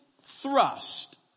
thrust